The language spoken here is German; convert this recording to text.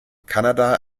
kanada